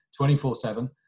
24-7